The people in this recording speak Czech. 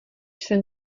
jsem